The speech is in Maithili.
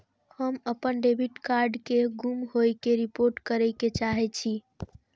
हम अपन डेबिट कार्ड के गुम होय के रिपोर्ट करे के चाहि छी